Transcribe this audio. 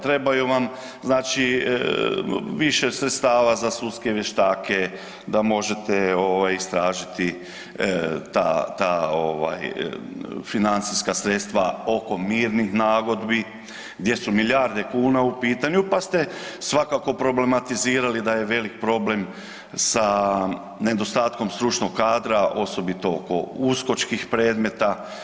Trebaju vam znači više sredstava za sudske vještake da možete istražiti ta financijska sredstva oko mirnih nagodbi gdje su milijarde kuna u pitanju, pa ste svakako problematizirali da je velik problem sa nedostatkom stručnog kadra osobito oko uskočkih predmeta.